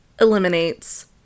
eliminates